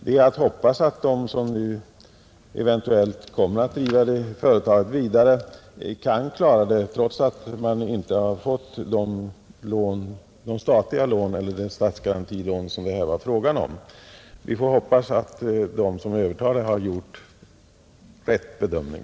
Det är att hoppas att de som eventuellt kommer att driva företaget vidare kan klara det trots att de inte har fått de statliga lån eller det statsgarantilån som det var fråga om och att de som övertar företaget har gjort rätt bedömning.